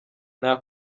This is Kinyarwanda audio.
nta